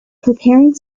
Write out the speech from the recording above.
preparing